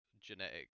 genetic